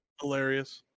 Hilarious